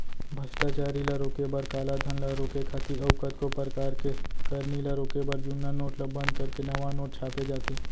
भस्टाचारी ल रोके बर, कालाधन ल रोके खातिर अउ कतको परकार के करनी ल रोके बर जुन्ना नोट ल बंद करके नवा नोट छापे जाथे